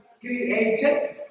created